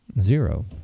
Zero